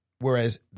Whereas